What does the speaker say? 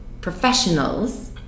professionals